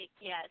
yes